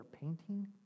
painting